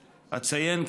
אציין,